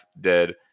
dead